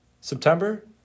September